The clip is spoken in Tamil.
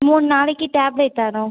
மூணு நாளைக்கு டாப்லெட் தரோம்